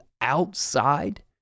outside